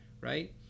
right